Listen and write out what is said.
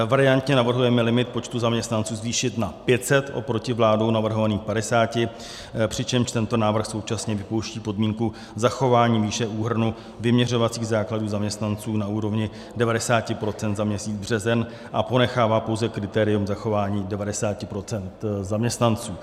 Variantně navrhujeme limit počtu zaměstnanců zvýšit na 500 oproti vládou navrhovaných 50, přičemž tento návrh současně vypouští podmínku zachování výše úhrnu vyměřovacích základů zaměstnanců na úrovni 90 % za měsíc březen a ponechává pouze kritérium zachování 90 % zaměstnanců.